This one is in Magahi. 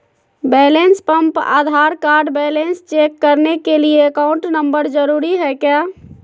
Balance pump Aadhaar card balance check करने के लिए अकाउंट नंबर जरूरी है क्या?